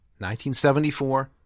1974